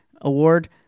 award